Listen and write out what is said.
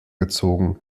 gezogen